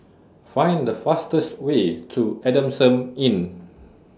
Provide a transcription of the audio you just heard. Find The fastest Way to Adamson Inn